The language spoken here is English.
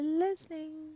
listening